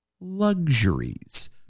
luxuries